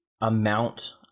amount